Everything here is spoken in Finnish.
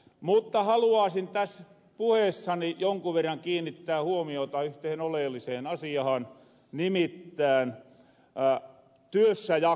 mutta haluaasin täs puheessani jonkun verran kiinnittää huomiota yhteen oleelliseen asiahan nimittään työssäjaksamiseen